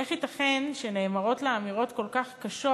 איך ייתכן שנאמרות לה אמירות כל כך קשות,